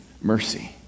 mercy